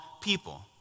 people